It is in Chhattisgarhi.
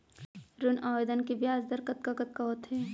ऋण आवेदन के ब्याज दर कतका कतका होथे?